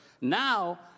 now